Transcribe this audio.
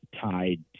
tied